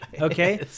Okay